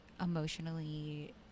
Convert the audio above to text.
emotionally